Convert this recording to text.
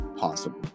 possible